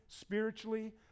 spiritually